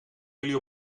jullie